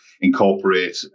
incorporate